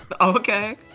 Okay